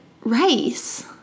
rice